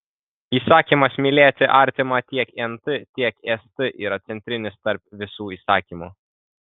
įsakymas mylėti artimą tiek nt tiek st yra centrinis tarp visų įsakymų